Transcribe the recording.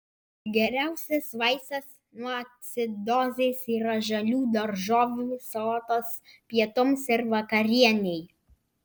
geriausias vaistas nuo acidozės yra žalių daržovių salotos pietums ir vakarienei